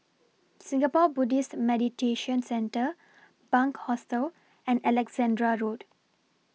Singapore Buddhist Meditation Centre Bunc Hostel and Alexandra Road